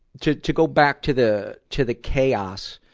to to go back to the to the chaos,